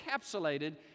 encapsulated